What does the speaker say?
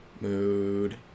Mood